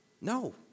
No